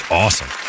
awesome